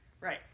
Right